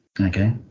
Okay